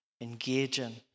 engaging